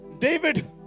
David